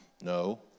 No